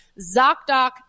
ZocDoc